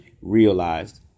Realized